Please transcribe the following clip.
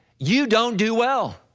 you don't do well.